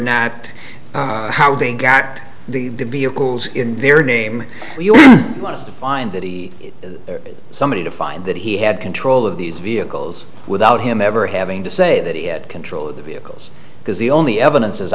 enact how they got the vehicles in their name or you want to find that somebody to find that he had control of these vehicles without him ever having to say that he had control of the vehicles because the only evidence as